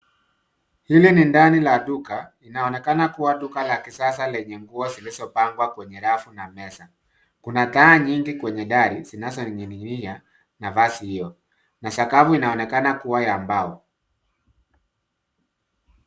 Hili ni ndani ya duka inaonekana kuwa duka la kisasa lenye nguo zilizopangwa kwenye rafu na meza . Kuna taa nyingi kwenye dari zinazo ninginia nafasi hiyo ,sakafu inaonekana kuwa ya mbao.